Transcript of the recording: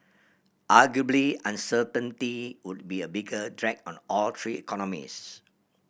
arguably uncertainty would be a bigger drag on all three economies